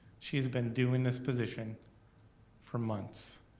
she's been doing this position for months,